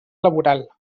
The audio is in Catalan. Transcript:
laboral